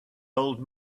old